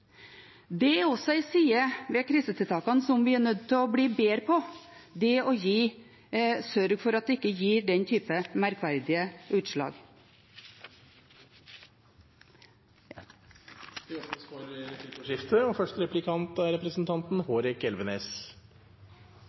Det er også en side ved krisetiltakene som vi er nødt til å bli bedre på, det å sørge for at det ikke får den typen merkverdige utslag. Det blir replikkordskifte.